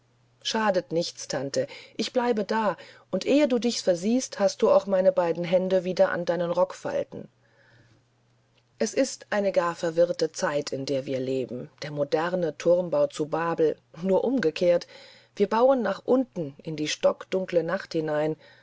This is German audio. schadet nichts tante ich bleibe da und ehe du dich versiehst hast du auch meine beiden hände wieder an deinen rockfalten es ist eine gar verwirrte zeit in der wir leben der moderne turmbau zu babel nur umgekehrt wir bauen nach unten in die stockdunkle nacht hinein